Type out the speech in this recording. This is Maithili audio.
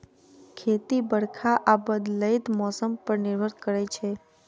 खेती बरखा आ बदलैत मौसम पर निर्भर करै छै